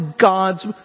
God's